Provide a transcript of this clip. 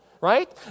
right